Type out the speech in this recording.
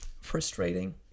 frustrating